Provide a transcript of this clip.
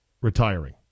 retiring